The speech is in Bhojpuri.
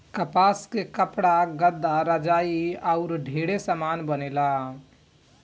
कपास से कपड़ा, गद्दा, रजाई आउर ढेरे समान बनेला